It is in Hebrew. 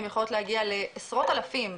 הן יכולות להגיע לעשרות אלפים,